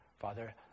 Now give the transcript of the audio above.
Father